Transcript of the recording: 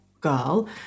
girl